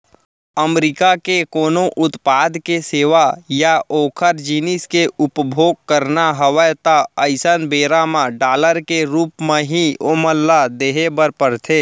अमरीका के कोनो उत्पाद के सेवा या ओखर जिनिस के उपभोग करना हवय ता अइसन बेरा म डॉलर के रुप म ही ओमन ल देहे बर परथे